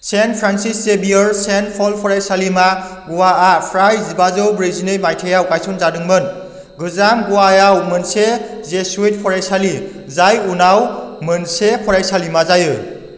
saint Francis Xavier Saint Paul फरायसालिमा गवाआ फ्राय जिबाजौ ब्रैजिनै माइथायाव गायसनजादोंमोन गोजाम गवाआव मोनसे जेसुइट फरायसालि जाय उनाव मोनसे फरायसालिमा जायो